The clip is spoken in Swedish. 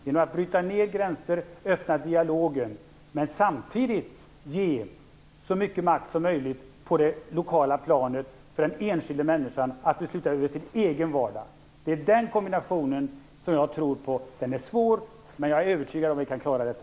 Vi skall bryta ned gränser och öppna dialogen, men samtidigt på det lokala planet ge den enskilde människan så mycket makt som möjligt att besluta över sin egen vardag. Det är den kombinationen som jag tror på. Den är svår, men jag är övertygad om att vi kan klara detta.